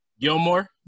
Gilmore